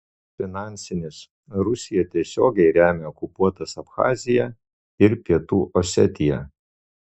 finansinis rusija tiesiogiai remia okupuotas abchaziją ir pietų osetiją